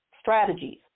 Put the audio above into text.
strategies